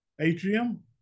Atrium